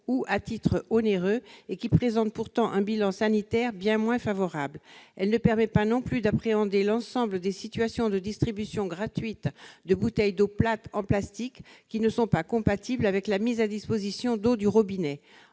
ou à titre onéreux et qui présentent pourtant un bilan sanitaire bien moins favorable. Cette mesure ne permet pas non plus d'appréhender l'ensemble des situations de distribution gratuite de bouteilles d'eau plate en plastique qui ne sont pas compatibles avec la mise à disposition d'eau du robinet.